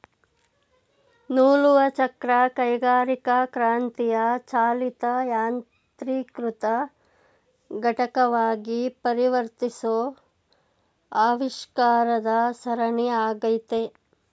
ನೂಲುವಚಕ್ರ ಕೈಗಾರಿಕಾಕ್ರಾಂತಿಯ ಚಾಲಿತ ಯಾಂತ್ರೀಕೃತ ಘಟಕವಾಗಿ ಪರಿವರ್ತಿಸೋ ಆವಿಷ್ಕಾರದ ಸರಣಿ ಆಗೈತೆ